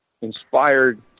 inspired